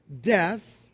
death